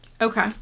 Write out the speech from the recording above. Okay